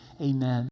amen